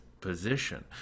position